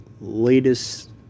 latest